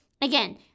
Again